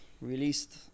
Released